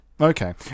Okay